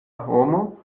homo